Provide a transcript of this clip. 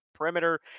perimeter